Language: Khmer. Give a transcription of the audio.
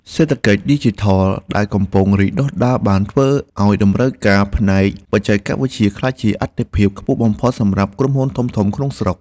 សេដ្ឋកិច្ចឌីជីថលដែលកំពុងរីកដុះដាលបានធ្វើឱ្យតម្រូវការផ្នែកបច្ចេកវិទ្យាក្លាយជាអាទិភាពខ្ពស់បំផុតសម្រាប់ក្រុមហ៊ុនធំៗក្នុងស្រុក។